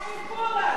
מה עם פולארד?